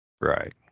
Right